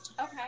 Okay